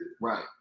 right